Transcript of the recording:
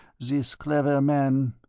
this clever man,